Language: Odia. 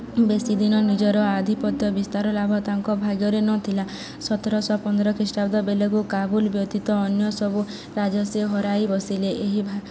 ବେଶି ଦିନ ନିଜର ଆଧିପତ୍ୟ ବିସ୍ତାର ଲାଭ ତାଙ୍କ ଭାଗ୍ୟରେ ନଥିଲା ସତରଶହ ପନ୍ଦର ଖ୍ରୀଷ୍ଟାବ୍ଦ ବେଳକୁ କାବୁଲ ବ୍ୟତୀତ ଅନ୍ୟ ସବୁ ରାଜ୍ୟ ସେ ହରାଇ ବସିଲେ ଏହି